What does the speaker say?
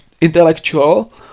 intellectual